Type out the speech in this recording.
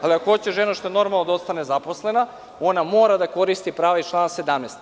Ali, ako hoće žena, što je normalno, da ostane zaposlena, ona mora da koristi prava iz člana 17.